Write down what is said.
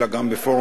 אלא גם בפורומים,